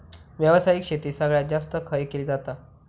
व्यावसायिक शेती सगळ्यात जास्त खय केली जाता?